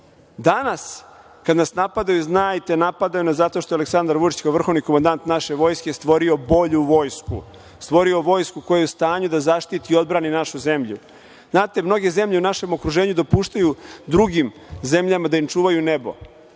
kada nas napadaju, znajte, napadaju nas zato što je Aleksandar Vučić, kao vrhovni komandant naše Vojske, stvorio bolju vojsku, stvorio vojsku koja je u stanju da zaštiti i odbrani našu zemlju. Znate, mnoge zemlje u našem okruženju dopuštaju drugim zemlja da im čuvaju nebo,